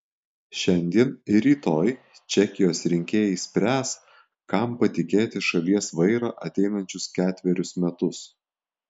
šiandien ir rytoj čekijos rinkėjai spręs kam patikėti šalies vairą ateinančius ketverius metus